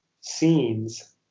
scenes